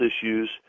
issues